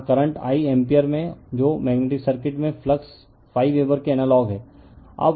यहाँ current I ampere में है जो मैग्नेटिक सर्किट में फ्लक्स वेबर के एनालॉग है